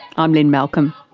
i'm lynne malcolm.